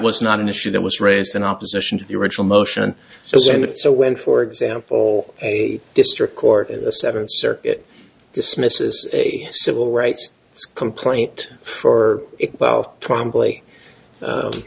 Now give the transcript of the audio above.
was not an issue that was raised in opposition to the original motion so that so when for example a district court in the seventh circuit dismisses a civil rights complaint for wealth pro